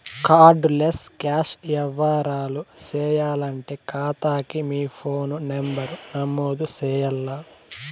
card less cash యవ్వారాలు సేయాలంటే కాతాకి మీ ఫోను నంబరు నమోదు చెయ్యాల్ల